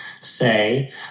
say